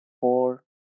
four